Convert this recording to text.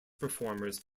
performers